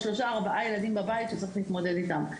שלושה או ארבעה ילדים בבית שהוא צריך להתמודד איתם.